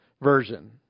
version